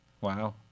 Wow